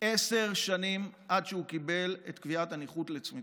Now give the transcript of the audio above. עשר שנים עד שהוא קיבל את קביעת הנכות לצמיתות,